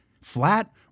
flat